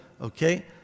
okay